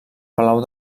palau